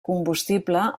combustible